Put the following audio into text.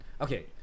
Okay